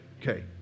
Okay